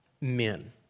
men